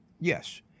yes